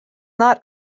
not